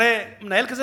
הרי מנהל כזה,